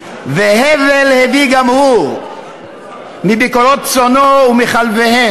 והבל הביא גם הוא מבכֹרות צאנו ומחלבהן.